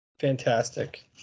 Fantastic